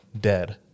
dead